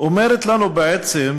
אומרת לנו בעצם